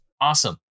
Awesome